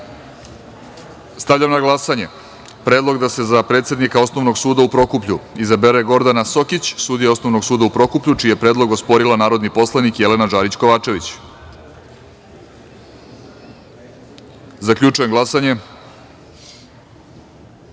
na glasanje Predlog da se za predsednika Osnovnog suda u Prokuplju, izabere Gordana Sokić, sudija Osnovnog suda u Prokuplju, čiji je predlog osporila narodni poslanik Jelena Žarić Kovačević. Zaključujem glasanje. Ukupno